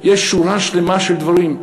יש שורה שלמה של דברים.